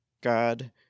God